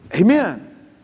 Amen